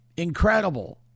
Incredible